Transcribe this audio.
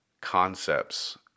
concepts